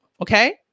Okay